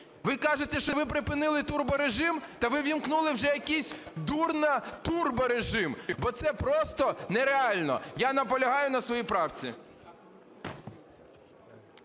Ви кажете, що ви припинили турборежим. Та ви ввімкнули вже якийсь дурнотурборежим, бо це просто н реально. Я наполягаю на своїй правці.